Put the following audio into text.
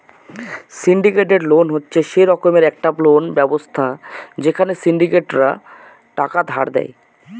syndicated loan হচ্ছে সে রকমের একটা লোন ব্যবস্থা যেখানে সিন্ডিকেটরা টাকা ধার দেয়